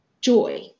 joy